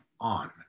on